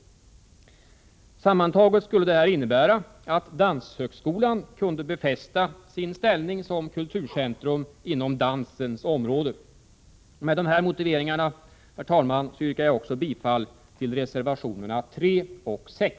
Sammantaget skulle detta innebära att danshögskolan kunde befästa sin ställning som kulturcentrum inom dansens område. Med dessa motiveringar, herr talman, yrkar jag också bifall till reservationerna 3 och 6.